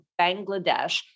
Bangladesh